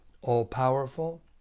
all-powerful